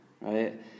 right